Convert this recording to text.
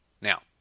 Now